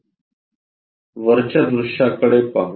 वरच्या दृश्याकडे पाहू